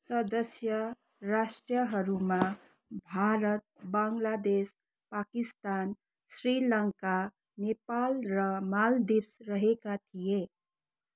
सदस्य राष्ट्र्यहरूमा भारत बाङ्गलादेश पाकिस्तान श्रीलङ्का नेपाल र माल्दिभ्स रहेका थिए